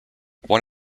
one